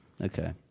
Okay